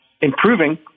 improving